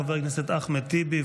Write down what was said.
חבר הכנסת אחמד טיבי.